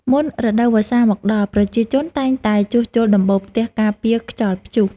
មុនរដូវវស្សាមកដល់ ប្រជាជនតែងតែជួសជុលដំបូលផ្ទះការពារខ្យល់ព្យុះ។